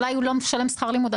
אולי הוא לא משלם שכר לימוד.